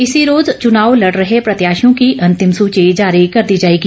इसी रोज चनाव लड रहे प्रत्याशियों की अंतिम सची जारी कर दी जाएगी